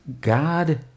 God